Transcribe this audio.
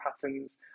patterns